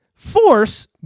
force